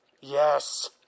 Yes